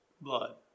blood